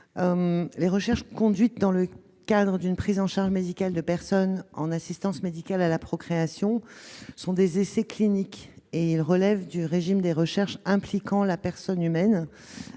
Les recherches conduites dans le cadre de la prise en charge médicale de personnes ayant recours à une assistance médicale à la procréation sont des essais cliniques et relèvent du régime des recherches impliquant la personne.